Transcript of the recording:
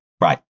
Right